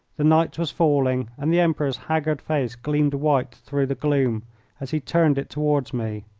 the night was falling, and the emperor's haggard face gleamed white through the gloom as he turned it toward me.